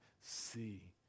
see